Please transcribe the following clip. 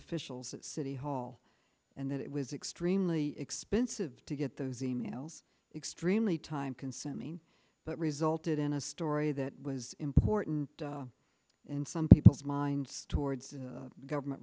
officials at city hall and that it was extremely expensive to get those e mails extremely time consuming that resulted in a story that was important in some people's minds towards government